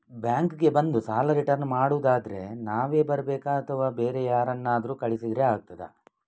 Bank ಗೆ ಬಂದು ಸಾಲ ರಿಟರ್ನ್ ಮಾಡುದಾದ್ರೆ ನಾವೇ ಬರ್ಬೇಕಾ ಅಥವಾ ಬೇರೆ ಯಾರನ್ನಾದ್ರೂ ಕಳಿಸಿದ್ರೆ ಆಗ್ತದಾ?